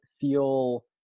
feel